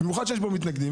במיוחד שיש פה מתנגדים,